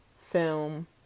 film